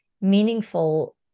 meaningful